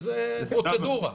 זאת פרוצדורה.